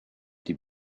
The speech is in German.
die